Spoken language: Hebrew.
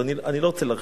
אני לא רוצה להרחיב,